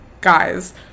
guys